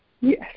Yes